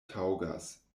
taŭgas